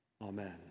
Amen